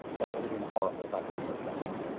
so it would have been horrible if i couldn't have done it.